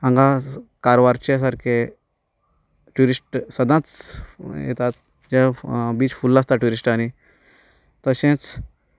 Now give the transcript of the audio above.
हांगा कारवारचे सारके ट्युरिस्ट सदांच येतात जे बीच फूल आसता ट्युरिस्टांनी तशेंच